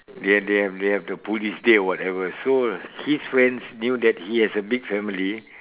they have they have they have the police day whatever so his friends knew that he has a big family